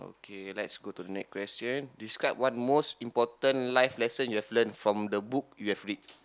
okay let go to the next question describe one most important life lesson you've learn from the book you've read